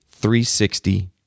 360